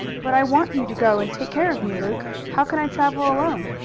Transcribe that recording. but i want you to go and take care of me, luke. how can i travel alone?